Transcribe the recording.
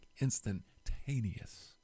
instantaneous